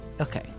okay